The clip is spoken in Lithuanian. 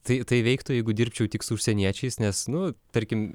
tai tai veiktų jeigu dirbčiau tik su užsieniečiais nes nu tarkim